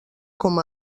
com